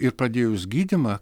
ir pradėjus gydymą